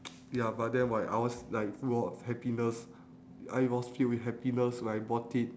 ya but then right I was like full of happiness I was filled with happiness when I bought it